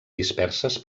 disperses